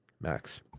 Max